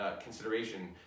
consideration